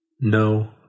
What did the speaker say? no